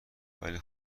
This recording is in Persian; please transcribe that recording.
ولی